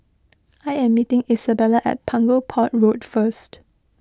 I am meeting Izabella at Punggol Port Road first